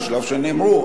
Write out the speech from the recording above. בשלב שנאמרו,